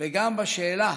וגם בשאלה